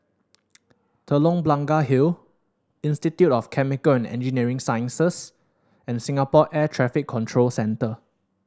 Telok Blangah Hill Institute of Chemical and Engineering Sciences and Singapore Air Traffic Control Center